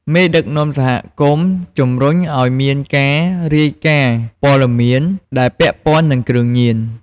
មេដឹកនាំសហគមន៍ជំរុញឱ្យមានការរាយការណ៍ព័ត៌មាន ដែលពាក់ព័ន្ធនិងគ្រឿងញៀន។